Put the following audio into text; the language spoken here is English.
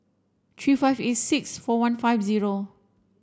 three five eight six four one five zero